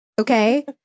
Okay